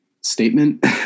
statement